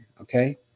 okay